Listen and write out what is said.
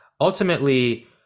ultimately